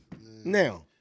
Now